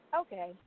Okay